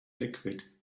liquid